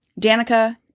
Danica